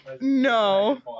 No